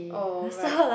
oh right